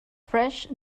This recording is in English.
fresh